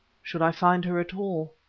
should i find her at all?